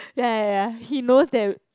ya ya ya ya he knows that